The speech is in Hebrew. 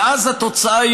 ואז התוצאה,